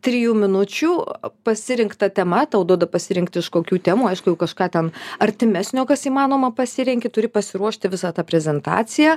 trijų minučių pasirinkta tema tau duoda pasirinkt iš kokių temų aišku kažką ten artimesnio kas įmanoma pasirenki turi pasiruošti visą tą prezentaciją